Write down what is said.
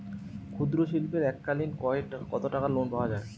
ক্ষুদ্রশিল্পের এককালিন কতটাকা লোন পাওয়া য়ায়?